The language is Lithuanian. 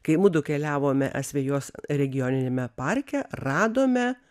kai mudu keliavome asvejos regioniniame parke radome